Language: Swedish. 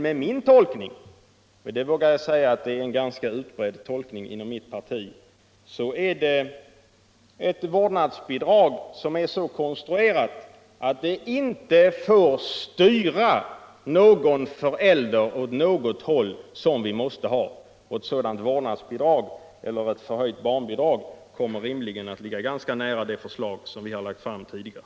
Med min tolkning — och jag vågar säga att det är en utbredd tolkning inom mitt parti — är det ett vårdnadsbidrag som är så konstruerat att det inte får styra någon förälder åt något håll. Ett sådant vårdnadsbidrag eller förhöjt barn Allmänpolitisk debatt Allmänpolitisk debatt bidrag kommer rimligen att ligga ganska nära det förslag som vi har fört fram tidigare.